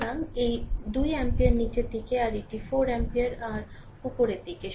সুতরাং এই 2 অ্যাম্পিয়ার নীচের দিকে আর এটি 4 অ্যাম্পিয়ার আর উপরের দিকে